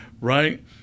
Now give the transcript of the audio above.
right